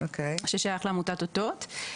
ששייך לעמותת אותות.